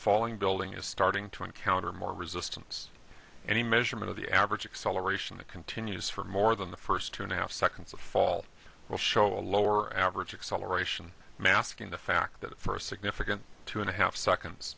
falling building is starting to encounter more resistance any measurement of the average acceleration that continues for more than the first two and a half seconds of fall will show a lower average acceleration masking the fact that for a significant two and a half seconds